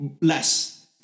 Less